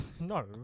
no